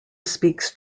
speaks